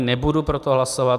Nebudu pro to hlasovat.